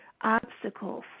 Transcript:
obstacles